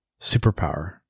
superpower